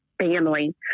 family